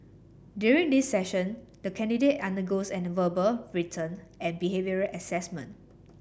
during this session the candidate undergoes and verbal written and behavioural assessment